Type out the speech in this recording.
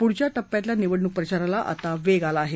पुढच्या टप्प्यातल्या निवडणूक प्रचाराला आता वेग आला आहे